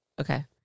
Okay